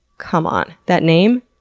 come on. that name?